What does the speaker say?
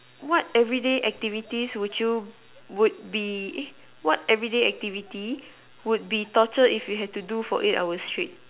what everyday activity would you would be eh what everyday activity would be torture if you had to do for eight hour straight